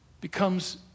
becomes